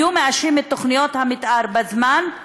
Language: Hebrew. אם היו מאשרים את תוכניות המתאר בזמן,